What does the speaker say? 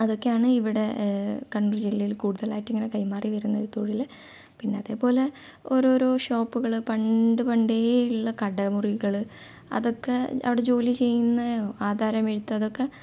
അതൊക്കെയാണ് ഇവിടെ കണ്ണൂർ ജില്ലയിൽ കൂടുതലായിട്ടും ഇങ്ങനെ കൈമാറി വരുന്ന ഒരു തൊഴിൽ പിന്നെ അതുപോലെ ഓരോരോ ഷോപ്പുകൾ പണ്ട് പണ്ടേ ഉള്ള കടമുറികൾ അതൊക്കെ അവിടെ ജോലി ചെയ്യുന്ന ആധാരം എഴുത്ത് അതൊക്കെ